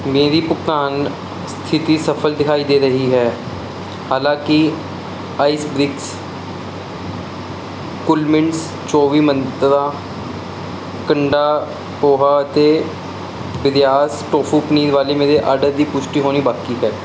ਮੇਰੀ ਭੁਗਤਾਨ ਸਥਿਤੀ ਸਫਲ ਦਿਖਾਈ ਦੇ ਰਹੀ ਹੈ ਹਾਲਾਂਕਿ ਆਇਸ ਬਰੀਕਸ ਕੂਲਮਿੰਟਸ ਚੌਵੀ ਮੰਤਰਾਂ ਕੰਡਾ ਪੋਹਾ ਅਤੇ ਬ੍ਰਿਯਾਸ ਟੋਫੂ ਪਨੀਰ ਵਾਲੇ ਮੇਰੇ ਆਰਡਰ ਦੀ ਪੁਸ਼ਟੀ ਹੋਣੀ ਬਾਕੀ ਹੈ